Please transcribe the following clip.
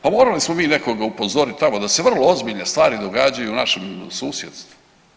Pa morali smo mi nekoga upozorit tamo da se vrlo ozbiljne stvari događaju u našem susjedstvu.